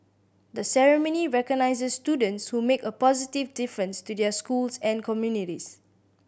the ceremony recognises students who make a positive difference to their schools and communities